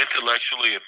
intellectually